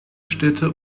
städte